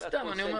סתם.